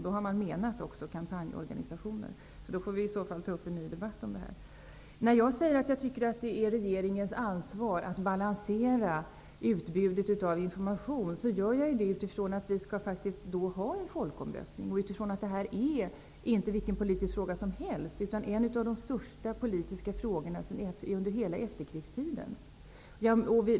Då har man också menat kampanjorganisationer. Då får vi i så fall ta upp en ny debatt om detta. När jag säger att det är regeringens ansvar att balansera utbudet av information, gör jag det utifrån att vi faktiskt skall ha en folkomröstning och utifrån att det här inte är vilken politisk fråga som helst utan en av de största politiska frågorna under hela efterkrigstiden.